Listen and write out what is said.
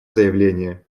заявление